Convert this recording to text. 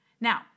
Now